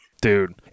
Dude